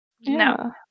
No